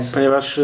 Ponieważ